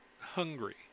hungry